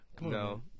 No